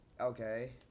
Okay